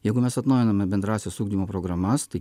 jeigu mes atnaujiname bendrąsias ugdymo programas tai